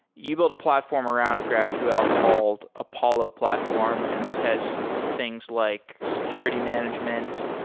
you built a platform around graphql called apollo platform, and this has things like security management,